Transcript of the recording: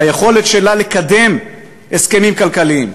ביכולת שלה לקדם הסכמים כלכליים.